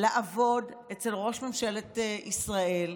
לעבוד אצל ראש ממשלת ישראל,